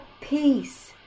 peace